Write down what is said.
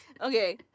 Okay